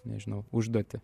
nežinau užduotį